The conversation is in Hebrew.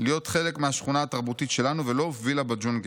להיות חלק מהשכונה התרבותית שלנו ולא 'וילה בג'ונגל'.